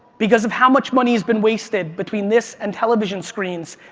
because of how much money has been wasted between this and television screens,